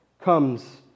comes